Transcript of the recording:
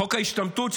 חוק ההשתמטות,